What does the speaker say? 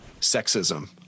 sexism